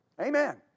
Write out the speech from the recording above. Amen